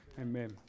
Amen